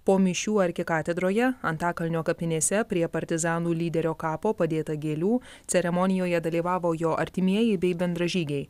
po mišių arkikatedroje antakalnio kapinėse prie partizanų lyderio kapo padėta gėlių ceremonijoje dalyvavo jo artimieji bei bendražygiai